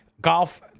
golf